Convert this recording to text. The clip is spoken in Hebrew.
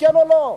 כן או לא?